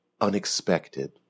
unexpected